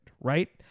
right